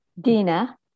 dina